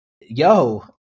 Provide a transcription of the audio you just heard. yo